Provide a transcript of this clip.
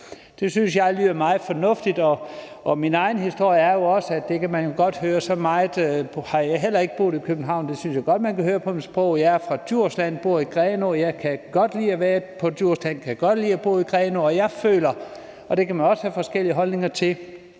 Det synes jeg lyder meget fornuftigt. Min egen historie er også – og det kan man jo godt høre – at så meget har jeg heller ikke boet i København. Det synes jeg godt man kan høre på mit sprog. Jeg er fra Djursland, bor i Grenaa. Jeg kan godt lide at være på Djursland, kan godt lide at bo i Grenaa, og jeg føler – og det kan man også have forskellige holdninger til